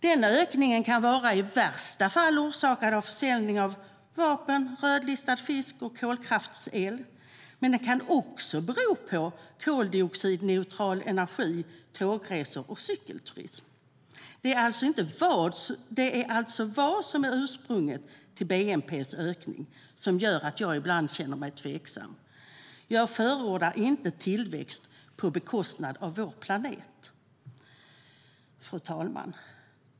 Den ökningen kan vara orsakad av i värsta fall försäljning av vapen, rödlistad fisk och kolkraftsel - men den kan också bero på koldioxidneutral energi, tågresor och cykelturism. Det är alltså vadFru talman!